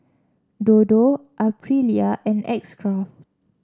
Dodo Aprilia and X Craft